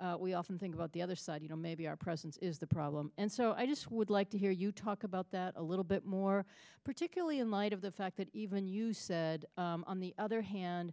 there we often think about the other side you know maybe our presence is the problem and so i just would like to hear you talk about that a little bit more particularly in light of the fact that even you said on the other hand